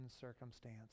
circumstance